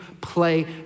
play